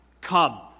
come